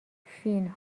فین